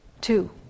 Two